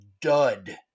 dud